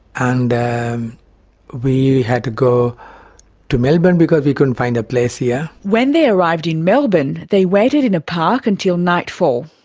and um we had to go to melbourne because we couldn't find a place here. when they arrived in melbourne, they waited in a park until nightfall,